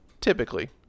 typically